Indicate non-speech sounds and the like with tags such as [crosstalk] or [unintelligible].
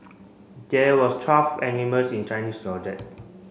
there was twelve animals in Chinese [unintelligible]